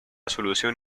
solución